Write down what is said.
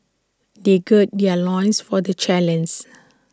they gird their loins for the